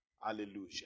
hallelujah